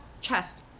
chest